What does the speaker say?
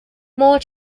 more